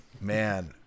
man